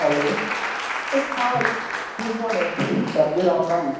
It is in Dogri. hello sir ji Ram Ram